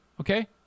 okay